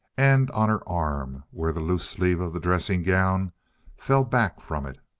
and on her arm where the loose sleeve of the dressing gown fell back from it.